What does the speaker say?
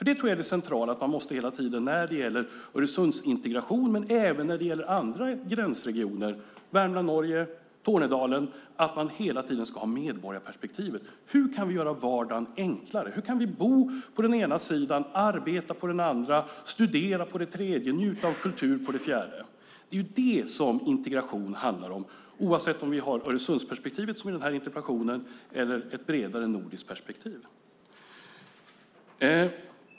Det centrala när det gäller Öresundsintegration men även när det gäller andra gränsregioner som mellan Värmland och Norge och i Tornedalen är att man hela tiden ska ha medborgarperspektivet. Hur kan vi göra vardagen enklare? Hur kan vi bo på den ena sidan, arbeta på den andra, studera på den tredje och njuta av kultur på den fjärde? Det är vad integration handlar om oavsett om vi har Öresundsperspektivet som i den här interpellationen eller ett bredare nordiskt perspektiv.